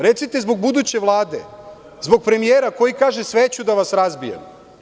Recite zbog buduće Vlade, zbog premijera koji kaže – sve ću da vas razbijem.